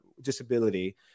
disability